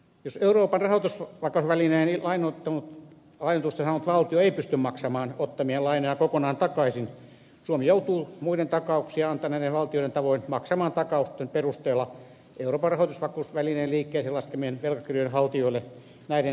jos euroopan rahoitusvakausvälineen lainoitusta saanut valtio ei pysty maksamaan ottamiaan lainoja kokonaan takaisin suomi joutuu muiden takauksia antaneiden valtioiden tavoin maksamaan takausten perusteella euroopan rahoitusvakausvälineen liikkeelle laskemien velkakirjojen haltijoille näiden saamisia